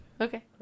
Okay